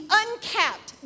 uncapped